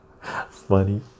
funny